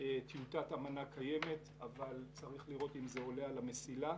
- טיוטת אמנה קיימת אבל צריך לראות אם זה עולה על המסילה.